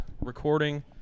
recording